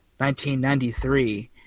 1993